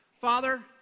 Father